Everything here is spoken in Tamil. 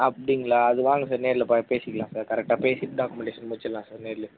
அப்படிங்களா அது வாங்க சார் நேரில் ப பேசிக்கலாம் ச கரெக்டாக பேசி டாக்குமெண்டேஷன் முடிச்சிடலாம் சார் நேர்லேயே